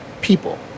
people